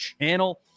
channel